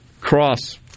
cross